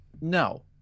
no